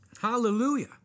Hallelujah